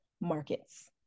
Markets